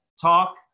talk